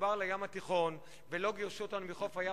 מחובר לים התיכון ולא גירשו אותנו מחוף הים,